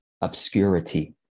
obscurity